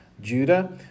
Judah